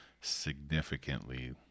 significantly